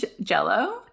Jell-O